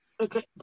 Okay